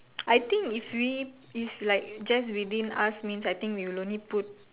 I think if we if like just within us means I think you will only put